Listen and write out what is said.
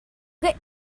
get